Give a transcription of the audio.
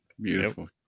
Beautiful